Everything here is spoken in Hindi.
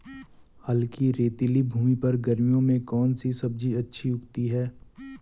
हल्की रेतीली भूमि पर गर्मियों में कौन सी सब्जी अच्छी उगती है?